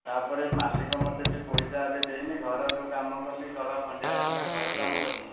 ତା'ପରେ ମାଲିକ ମୋତେ ବି ପଇସା ଏବେ ଦେଇନି ଘର ଯୋଉ କାମ କଲି ଘର ଖଣ୍ଡିଆ ହେଇଥିଲା ଘର କାମ କଲି